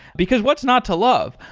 because what's not to love?